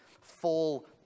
full